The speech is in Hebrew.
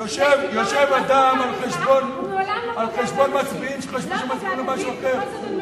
יושב אדם על-חשבון מצביעים שחשבו שהם מצביעים למשהו אחר.